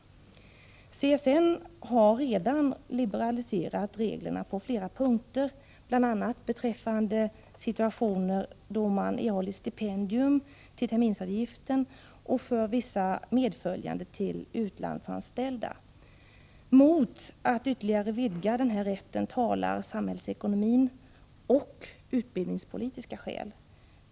Centrala studiestödsnämnden har redan liberaliserat reglerna på flera punkter, bl.a. i fråga om stipendium för terminsavgift och stipendier för vissa medföljande till utlandsanställda. Mot att ytterligare vidga den här rätten talar det samhällsekonomiska läget och utbildningspolitiska skäl.